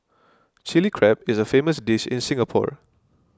Chilli Crab is a famous dish in Singapore